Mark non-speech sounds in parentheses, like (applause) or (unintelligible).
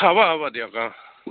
হ'ব হ'ব দিয়ক অঁ (unintelligible)